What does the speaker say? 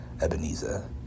Ebenezer